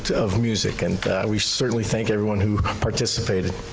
of music and we certainly thank everyone who participated.